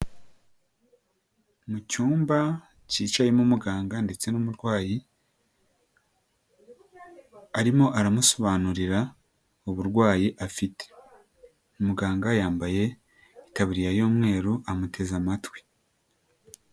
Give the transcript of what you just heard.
Mu cyumba kicayemo umuganga ndetse n'umurwayi, arimo aramusobanurira uburwayi afite, umuganga yambaye ikaburiya y'umweru amuteze amatwi.